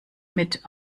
mit